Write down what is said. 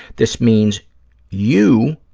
this means you,